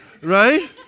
right